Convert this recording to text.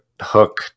Hook